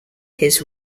his